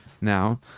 now